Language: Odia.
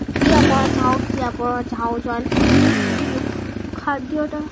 କି ଆପଣ ଚାଁହୁଁ କି ଆପଣ ଚାହୁଁଛନ୍ ଯେ ଖାଦ୍ୟଟା